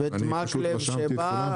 ואת מקלב שבא.